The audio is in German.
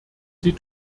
sie